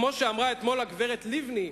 כמו שאמרה אתמול הגברת לבני,